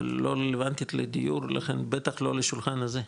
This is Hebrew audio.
אבל לא רלוונטית לדיון, לכן בטח לא לשולחן הזה.